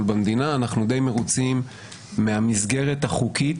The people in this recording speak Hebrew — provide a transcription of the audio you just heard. במדינה אנחנו די מרוצים מהמסגרת החוקית